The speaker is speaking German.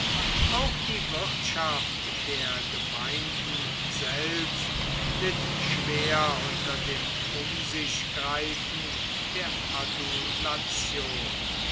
auch die wirtschaft der gemeinden selbst litt schwer unter dem umsichgreifen der